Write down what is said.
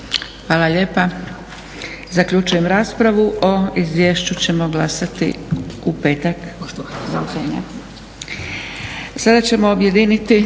Hvala lijepa. Zaključujem raspravu. O izvješću ćemo glasati u petak.